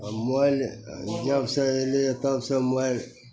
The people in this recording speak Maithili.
आओर मोबाइल जबसे अएलैए तबसे मोबाइल